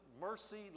mercy